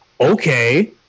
Okay